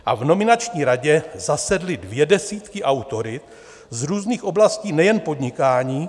V nominační radě zasedly dvě desítky autorit z různých oblastí, nejen podnikání.